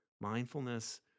mindfulness